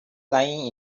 lying